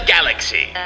Galaxy